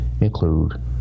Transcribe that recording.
include